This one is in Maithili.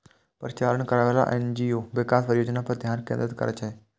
परिचालन करैबला एन.जी.ओ विकास परियोजना पर ध्यान केंद्रित करै छै